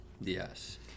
Yes